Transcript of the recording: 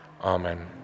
amen